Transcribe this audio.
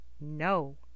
no